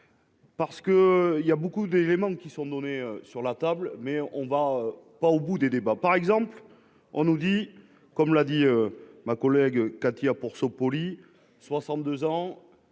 Parce que il y a beaucoup d'éléments qui sont données sur la table mais on va pas au bout des débats par exemple, on nous dit, comme l'a dit ma collègue Katia pour se. 62 ans